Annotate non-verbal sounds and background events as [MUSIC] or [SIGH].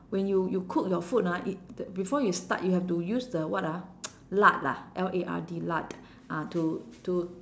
when you you cook your food ah it you before you start you have to use the what ah [NOISE] lard ah L A R D lard ah to to